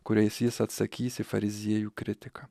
kuriais jis atsakys į fariziejų kritiką